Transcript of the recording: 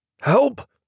Help